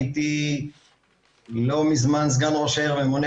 הייתי לא מזמן סגן ראש העיר הממונה